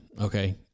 okay